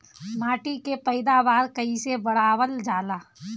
माटी के पैदावार कईसे बढ़ावल जाला?